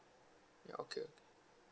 okay